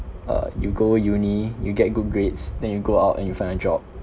uh you go uni you get good grades then you go out and you find a job